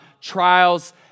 trials